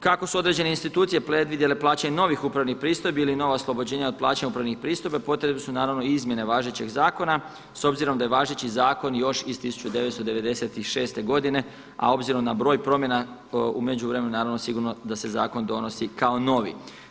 Kako su određene institucije predvidjele plaćanje novih upravnih pristojbi ili nova oslobođenja od plaćanja upravnih pristojbi potrebne su naravno i izmjene važećeg zakona s obzirom da je važeći zakon još iz 1996. godine, a obzirom na broj promjena u međuvremenu naravno sigurno da se zakon donosi kao novi.